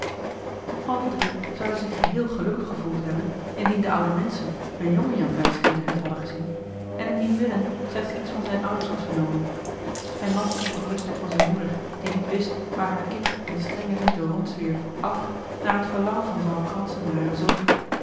alle drie zouden zich geheel gelukkig gevoeld hebben indien de oude menschen hun jongejan bij zich in de hut hadden gezien en indien willem slechts iets van zijne ouders had vernomen hij mat de ongerustheid van zijne moeder die niet wist waar haar kind in den strengen winter rondzwierf af naar het verlangen van vrouw kranse naar haren zoon